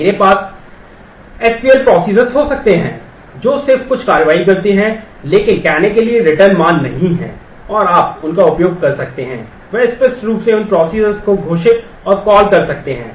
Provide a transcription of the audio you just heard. मेरे पास एसक्यूएल हो सकते हैं